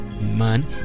man